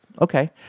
Okay